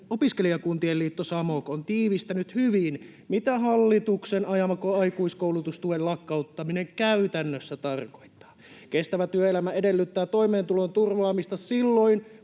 opiskelijakuntien liitto SAMOK on tiivistänyt hyvin, mitä hallituksen ajama aikuiskoulutustuen lakkauttaminen käytännössä tarkoittaa. Kestävä työelämä edellyttää toimeentulon turvaamista silloin,